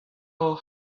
hor